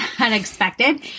Unexpected